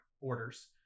orders-